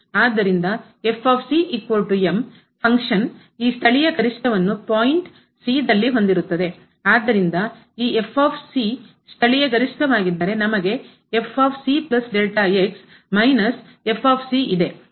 ಆದ್ದರಿಂದ ಫಂಕ್ಷನ್ ಕಾರ್ಯವು ಈ ಸ್ಥಳೀಯ ಗರಿಷ್ಠವನ್ನು ಪಾಯಿಂಟ್ ಬಿಂದು ದಲ್ಲಿ ಹೊಂದಿರುತ್ತದೆ ಆದ್ದರಿಂದ ಈ ಸ್ಥಳೀಯ ಗರಿಷ್ಠವಾಗಿದ್ದರೆ ನಮಗೆ ಪರಿಸ್ಥಿತಿ